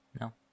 No